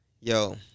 Yo